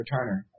returner